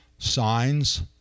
signs